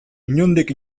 inondik